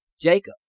Jacob